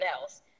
else